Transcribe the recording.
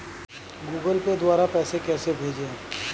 Google Pay द्वारा पैसे कैसे भेजें?